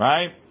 Right